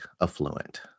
affluent